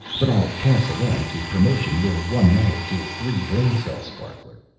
but i'll pass along to promotion your one molecule-three brain cell sparkler.